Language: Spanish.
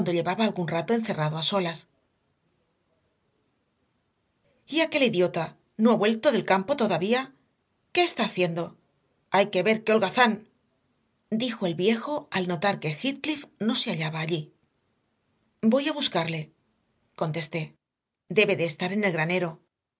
llevaba algún rato encerrado a solas y aquel idiota no ha vuelto del campo todavía qué está haciendo hay que ver qué holgazán dijo el viejo al notar que heathcliff no se hallaba allí voy a buscarle contesté debe de estar en el granero